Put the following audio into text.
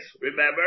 remember